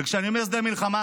וכשאני אומר "שדה מלחמה",